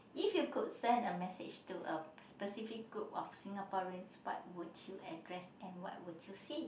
if you could send a message to a specific group of Singaporeans what would you address and what would you see